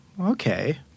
Okay